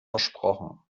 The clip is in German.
versprochen